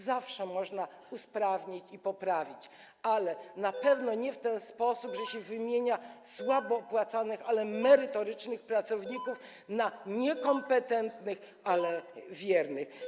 Zawsze można usprawnić i poprawić, ale na pewno nie w ten sposób, że się wymienia słabo opłacanych, ale merytorycznych pracowników na niekompetentnych, ale wiernych.